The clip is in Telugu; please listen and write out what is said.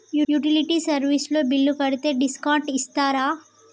యుటిలిటీ సర్వీస్ తో బిల్లు కడితే డిస్కౌంట్ ఇస్తరా?